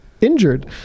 injured